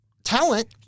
Talent